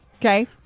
Okay